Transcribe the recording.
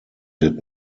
did